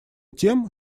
тем